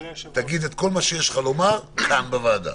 תגיד את כל מה שיש לך לומר כאן בוועדה.